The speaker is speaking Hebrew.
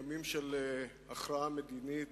ימים של הכרעה מדינית,